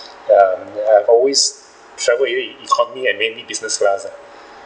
ya and I have always travel in economy and maybe business class ah